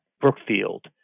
Brookfield